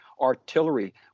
artillery